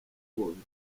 impfubyi